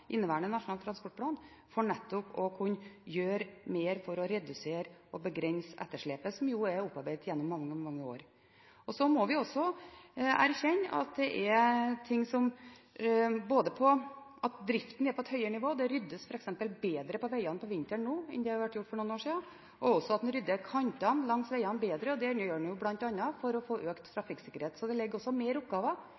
for nettopp å kunne gjøre mer for å redusere og begrense etterslepet, som jo er opparbeidet gjennom mange, mange år. Vi må også erkjenne at driften er på et høyere nivå. Det ryddes f.eks. bedre på veiene på vinteren nå enn det har vært gjort for noen år siden, og en rydder også kantene langs veiene bedre. Det gjør en bl.a. for å få økt